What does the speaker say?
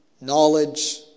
knowledge